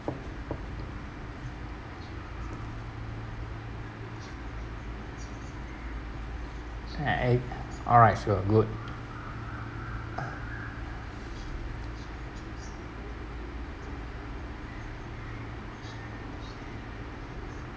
an egg alright sure good